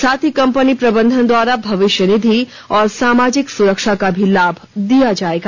साथ ही कंपनी प्रबंधन द्वारा भविष्य निधि और सामाजिक सुरक्षा का भी लाभ दिया जाएगा